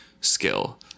skill